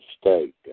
state